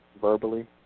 Verbally